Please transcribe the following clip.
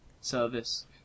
service